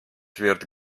wird